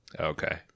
Okay